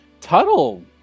tuttle